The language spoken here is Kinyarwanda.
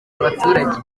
abaturage